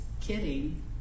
kidding